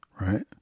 Right